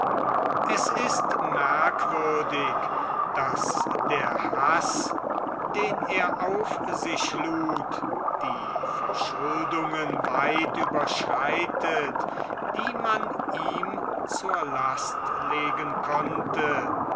es ist merkwürdig daß der haß den er auf sich lud die verschuldungen weit überschreitet die man ihm zur last legen konnte